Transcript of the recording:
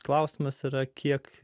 klausimas yra kiek